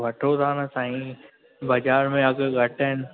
वठूं था न साईं बाज़ारि में अघु घटि आहिनि